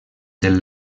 del